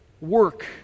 work